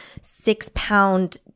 six-pound